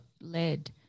led